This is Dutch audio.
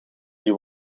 die